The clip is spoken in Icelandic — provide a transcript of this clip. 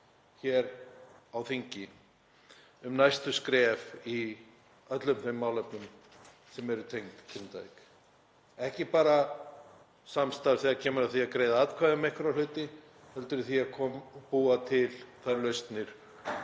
hér á þingi um næstu skref í öllum þeim málefnum sem eru tengd Grindavík, ekki bara samstarf þegar kemur að því að greiða atkvæði um einhverja hluti heldur um það að búa til þær lausnir